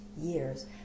years